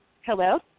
Hello